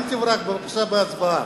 אל תברח בבקשה בהצבעה.